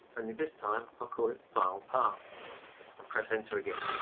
only this time i'll call it filepath and press enter again.